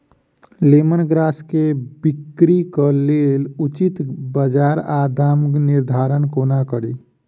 Lemon grass केँ बिक्रीक लेल उचित बजार आ दामक निर्धारण कोना कड़ी?